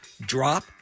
drop